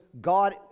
God